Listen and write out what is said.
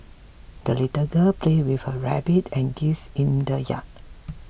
the little girl played with her rabbit and geese in the yard